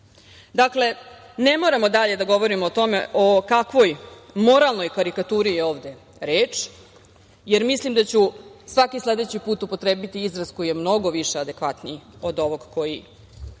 evra. Ne moramo dalje da govorimo o tome o kakvoj moralnoj karikaturi je ovde reč, jer mislim da ću svaki sledeći put upotrebiti izraz koji je mnogo više adekvatniji od ovog kojim